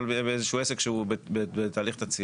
או איזשהו עסק שהוא בתהליך תצהיר,